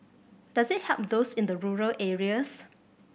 does it help those in the rural areas